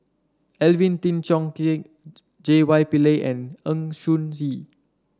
Alvin Tan Cheong Kheng J Y Pillay and Ng Choon Yee